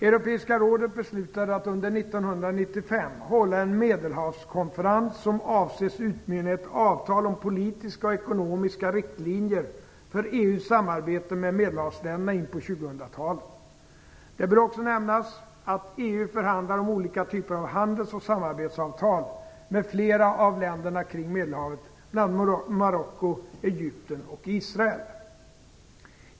Europeiska rådet beslutar att under 1995 hålla en Medelhavskonferens, som avses utmynna i ett avtal om politiska och ekonomiska riktlinjer för Det bör också nämnas att EU förhandlar om olika typer av handels och samarbetsavtal med flera av länderna kring Medelhavet, bl.a. Marocko, Egypten och Israel.